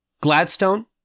Gladstone